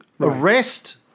arrest